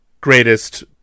greatest